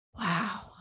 wow